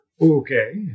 Okay